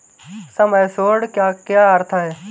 सम assured का क्या अर्थ है?